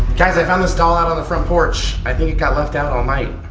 guys, i found this doll out on the front porch. i think it got left out all night.